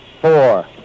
four